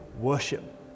worship